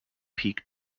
peak